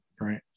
right